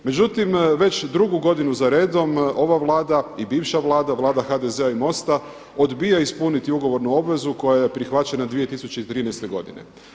Međutim već drugu za redom ova Vlada i bivša Vlada, Vlada HDZ-a i MOST-a odbijaju ispuniti ugovornu obvezu koja je prihvaćena 2013. godine.